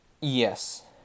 yes